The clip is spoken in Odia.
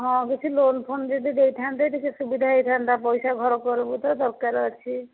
ହଁ କିଛି ଲୋନ୍ ଫୋନ୍ ଯଦି ଦେଇଥାନ୍ତେ ଟିକେ ସୁବିଧା ହେଇଥାନ୍ତା ପଇସା ଘର କରିବୁ ତ ଦରକାର ଅଛି